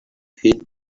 hate